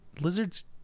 lizard's